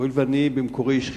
הואיל ובמקורי אני איש חינוך,